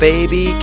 Baby